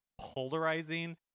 polarizing